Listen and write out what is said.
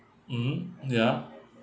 mmhmm ya